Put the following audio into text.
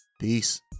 peace